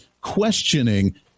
questioning